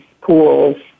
pools